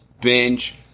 binge